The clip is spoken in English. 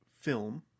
film